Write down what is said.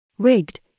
Rigged